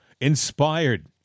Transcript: inspired